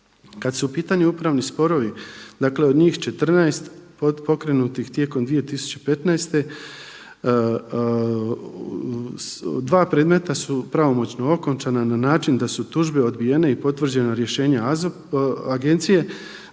Kad su u pitanju upravni sporovi, dakle od njih 14 pokrenutih tijekom 2015. 2 predmeta su pravomoćno okončana na način da su tužbe odbijene i potvrđena rješenja agencije,